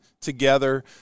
together